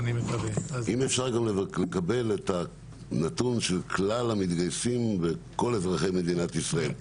אם אפשר לקבל את הנתון של כלל המתגייסים בקרב כלל אזרחי ישראל,